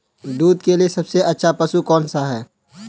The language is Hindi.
दूध के लिए सबसे अच्छा पशु कौनसा है?